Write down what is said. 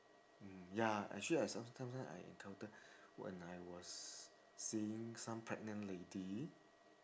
mm ya actually I sometimes sometimes I encounter when I was seeing some pregnant lady